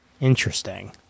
Interesting